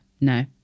No